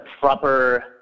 proper